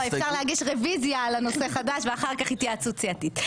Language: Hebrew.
להגיש רביזיה על הנושא החדש ואחר כך התייעצות סיעתית.